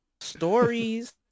stories